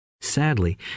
sadly